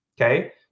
Okay